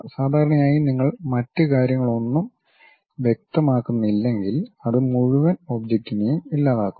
സാധാരണയായി നിങ്ങൾ മറ്റ് കാര്യങ്ങളൊന്നും വ്യക്തമാക്കുന്നില്ലെങ്കിൽ അത് മുഴുവൻ ഒബ്ജക്റ്റിനെയും ഇല്ലാതാക്കുന്നു